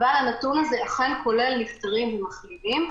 אבל הנתון הזה אכן כולל נפטרים ומחלימים.